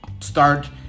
Start